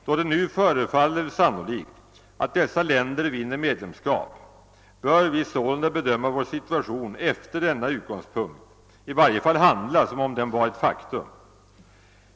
Då det nu förefaller sannolikt att dessa länder vinner medlemskap, bör vi sålunda bedöma vår situation efter denna utgångspunkt eller i varje fall handla som om den vore ett faktum.